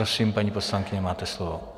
Prosím, paní poslankyně, máte slovo.